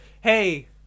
Hey